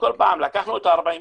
כל פעם לקחנו את ה-40%,